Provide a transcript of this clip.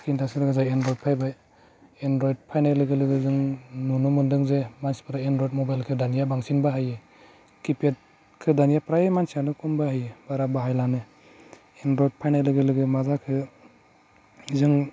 screen touch रोजा जायो एनरयड फैबाय एनरयद फैनाय लोगो लोगो जों नुनो मोनदों जे मानसिफ्रा एनरयड मबाइलखौ दानिया बांसिन बाहायो किपेडखौ दानिया फ्राइ मानसियानो खम बाहायो बारा बाहायलानो एनरयड फैनाय लोगो लोगो मा जाखो जों